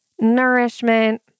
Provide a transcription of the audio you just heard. nourishment